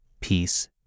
peace